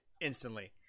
instantly